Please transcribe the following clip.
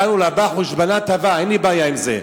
מכאן ולהבא חושבנא טבא, אין לי בעיה עם זה.